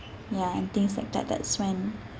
ya and things like that that's when